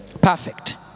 perfect